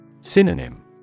Synonym